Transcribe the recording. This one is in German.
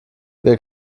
wir